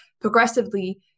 progressively